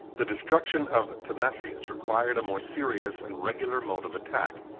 the destruction of timasius required a more serious and regular mode of attack.